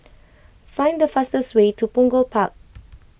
find the fastest way to Punggol Park